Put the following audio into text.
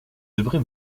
devrez